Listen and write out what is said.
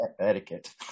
etiquette